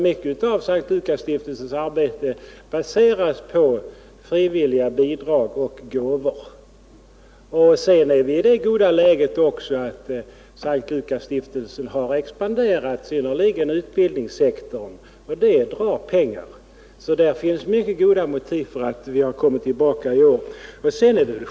Mycket av S:t Lukasstiftelsens arbete baseras på frivilliga bidrag och gåvor. Stiftelsen har glädjande nog också expanderat, i synnerhet inom utbildningssektorn, och detta drar mycket pengar. Det finns alltså goda motiv för att vi har återkommit med vårt yrkande i år.